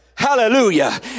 Hallelujah